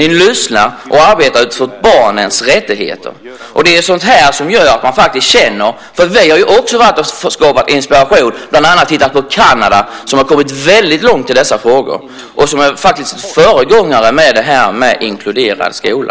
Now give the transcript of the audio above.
Ni lyssnar och arbetar utifrån barnens rättigheter. Det är sådant som gör att man känner att det är rätt. Vi har också varit och fått inspiration. Vi har bland annat tittat på Kanada, där man har kommit väldigt långt i dessa frågor. Det är en föregångare i arbetet med inkluderad skola.